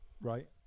right